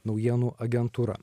naujienų agentūra